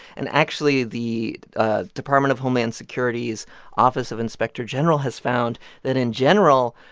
and actually, the ah department of homeland security's office of inspector general has found that in general,